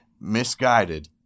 Misguided